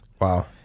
Wow